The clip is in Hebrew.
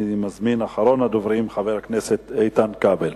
אני מזמין את אחרון הדוברים, חבר הכנסת איתן כבל.